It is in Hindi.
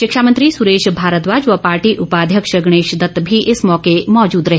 शिक्षा मंत्री सुरेश भारद्वाज व पार्टी उपध्यक्ष गणेश दत्त भी इस मौके मौजूद रहे